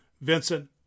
Vincent